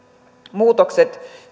muutokset